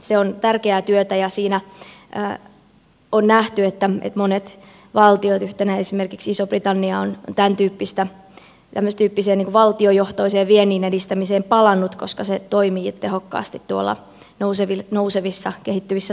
se on tärkeää työtä ja siinä on nähty että monet valtiot esimerkiksi iso britannia ovat tämän tyyppiseen valtiojohtoisen vienninedistämiseen palannut koska se toimii tehokkaasti tuolla nousevissa kehittyvissä talouksissa